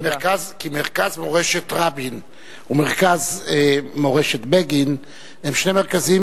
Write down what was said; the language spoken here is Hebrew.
כי מרכז מורשת רבין ומרכז מורשת בגין הם שני מרכזים